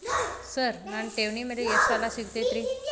Sir ನನ್ನ ಠೇವಣಿ ಮೇಲೆ ಎಷ್ಟು ಸಾಲ ಸಿಗುತ್ತೆ ರೇ?